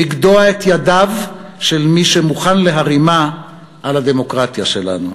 לגדוע את ידיו של מי שמוכן להרימן על הדמוקרטיה שלנו.